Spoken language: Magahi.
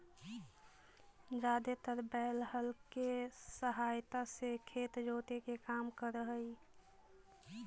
जादेतर बैल हल केसहायता से खेत जोते के काम कर हई